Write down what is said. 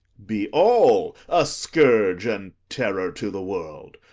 be all a scourge and terror to the world,